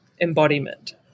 embodiment